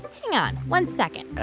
hang on one second.